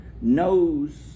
knows